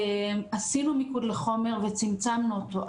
עשינו מיקוד לחומר וצמצמנו אותו.